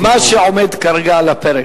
חבר הכנסת אילן גילאון, מה שעומד כרגע על הפרק: